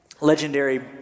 Legendary